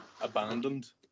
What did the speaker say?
abandoned